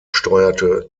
steuerte